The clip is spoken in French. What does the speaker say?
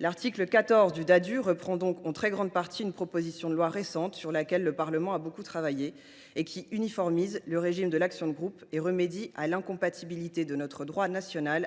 L’article 14 du Ddadue reprend donc en très grande partie une proposition de loi récente sur laquelle le Parlement a beaucoup travaillé, qui uniformise le régime de l’action de groupe et remédie à l’incompatibilité de notre droit national avec la directive de 2020.